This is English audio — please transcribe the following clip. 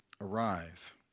arrive